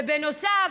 בנוסף,